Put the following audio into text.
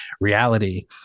reality